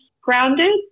grounded